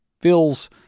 fills